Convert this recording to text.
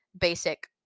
basic